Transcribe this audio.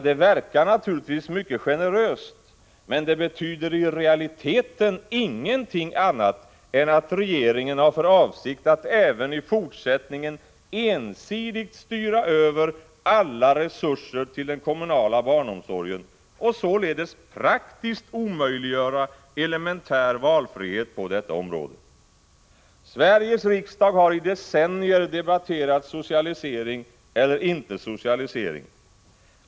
Det verkar naturligtvis mycket generöst, men det betyder i realiteten ingenting annat än att regeringen har för avsikt att även i fortsättningen ensidigt styra över alla resurser till den kommunala barnomsorgen och således praktiskt omöjliggöra elementär valfrihet på detta område. Sveriges riksdag har i decennier debatterat socialisering eller inte socialisering.